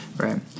Right